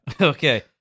Okay